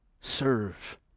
serve